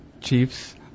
chiefs